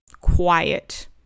quiet